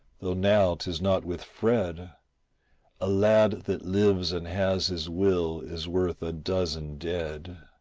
though now tis not with fred a lad that lives and has his will is worth a dozen dead.